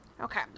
okay